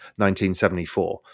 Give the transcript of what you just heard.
1974